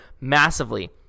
massively